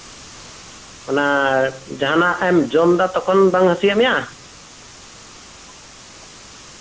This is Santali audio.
ᱚᱱᱟ ᱡᱟᱦᱟᱸᱱᱟᱜ ᱮᱢ ᱡᱚᱢ ᱮᱫᱟ ᱛᱚᱠᱷᱚᱱ ᱵᱟᱝ ᱦᱟᱥᱩᱭᱮᱫ ᱢᱮᱭᱟ